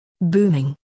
Booming